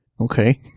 Okay